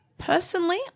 Personally